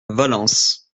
valence